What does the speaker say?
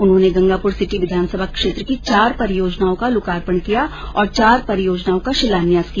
उन्होंने गंगापुर सिटी विधानसभा क्षेत्र की चार परियोजनाओं का लोकार्पण किया और चार परियोजनाओं का शिलान्यास किया